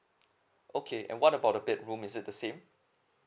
okay and what about the bedroom is it the same